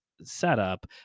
setup